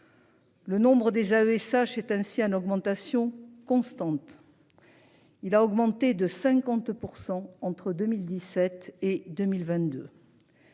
Le nombre des AESH est ainsi en augmentation constante. Il a augmenté de 50% entre 2017 et 2022.